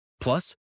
Plus